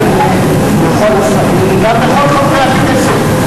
את זה לכל השרים וגם לכל חברי הכנסת.